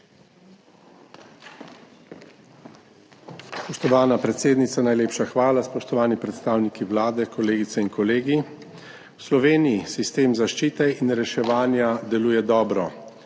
Spoštovana predsednica, najlepša hvala. Spoštovani predstavniki Vlade, kolegice in kolegi! V Sloveniji sistem zaščite in reševanja deluje dobro.